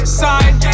side